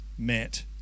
met